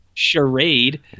charade